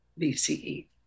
BCE